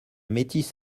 métis